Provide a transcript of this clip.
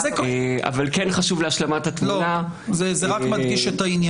זה רק מדגיש את העניין.